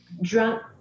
drunk